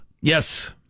Yes